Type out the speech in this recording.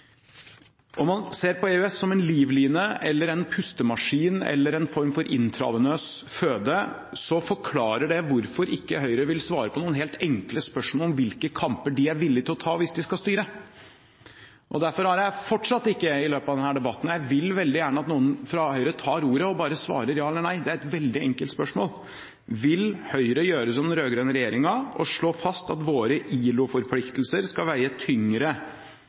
Om man ser på EØS som en livline, en pustemaskin eller en form for intravenøs føde, så forklarer det hvorfor Høyre ikke vil svare på noen helt enkle spørsmål om hvilke kamper de er villige til å ta hvis de skal styre. Derfor har jeg fortsatt ikke, i løpet av denne debatten, hørt noen fra Høyre ta ordet og svare ja eller nei, på et veldig enkelt spørsmål, og det vil jeg veldig gjerne at de gjør: Vil Høyre, som den rød-grønne regjeringen, slå fast at våre ILO-forpliktelser skal veie tyngre